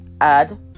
add